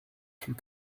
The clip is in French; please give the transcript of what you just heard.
fut